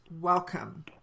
Welcome